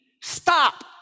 Stop